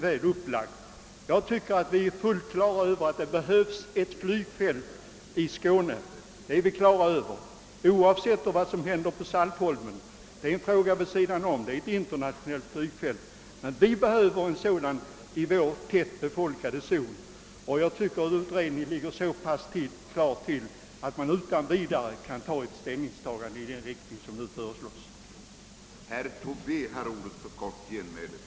Vi är helt på det klara med att det behövs ett flygfält i vår tätbefolkade zon i Skåne — och det behöver vi alldeles oavsett vad som händer på Saltholm, som är ett internationellt flygfält och därför är något som ligger vid sidan om den fråga vi nu diskuterar. Jag anser också att utredningen är så pass klar, att vi nu utan vidare kan besluta i enlighet med vad som här föreslagits.